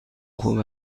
خوب